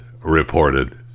reported